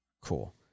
Cool